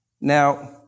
Now